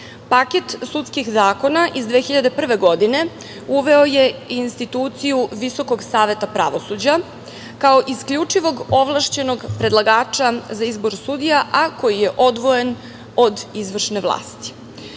sudskih zakona iz 2001. godine uveo je i instituciju Visokog saveta pravosuđa kao isključivog ovlašćenog predlagača za izbor sudija, a koji je odvojen od izvršne vlasti. Ustav